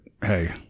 Hey